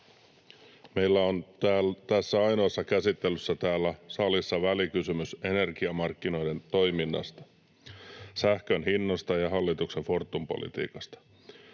Meillä on tässä ainoassa käsittelyssä täällä salissa välikysymys energiamarkkinoiden toiminnasta, sähkön hinnasta ja hallituksen Fortum-politiikasta.